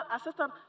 assistant